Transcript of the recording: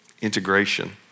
integration